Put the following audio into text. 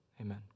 Amen